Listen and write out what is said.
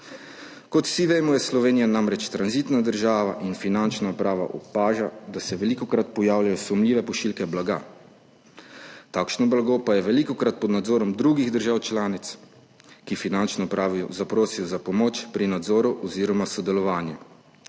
Kot vsi vemo, je Slovenija namreč tranzitna država in Finančna uprava opaža, da se velikokrat pojavljajo sumljive pošiljke blaga, takšno blago pa je velikokrat pod nadzorom drugih držav članic, ki Finančno upravo zaprosijo za pomoč pri nadzoru oziroma sodelovanju,